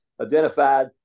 identified